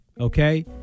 okay